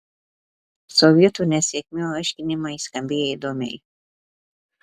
sovietų nesėkmių aiškinimai skambėjo įdomiai